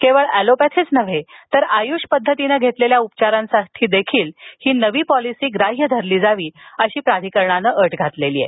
केवळ एलोपॅथीच नव्हे तर आय्ष पद्धतीने घेतलेल्या उपचारांसाठी देखील ही नवी पॉलिसी ग्राह्य मानली जावी अशी अट प्राधिकरणानं घातली आहे